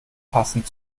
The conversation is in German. passend